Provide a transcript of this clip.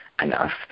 enough